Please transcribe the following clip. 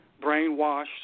brainwashed